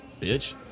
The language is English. Bitch